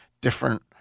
different